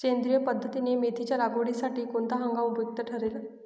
सेंद्रिय पद्धतीने मेथीच्या लागवडीसाठी कोणता हंगाम उपयुक्त ठरेल?